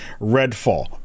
Redfall